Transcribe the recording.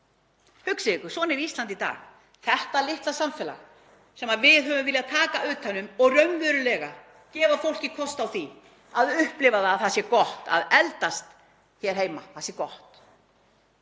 Hugsið ykkur, svona er Ísland í dag, þetta litla samfélag þar sem við höfum viljað taka utan um og raunverulega gefa fólki kost á því að upplifa að það sé gott að eldast hér heima, að það sé gott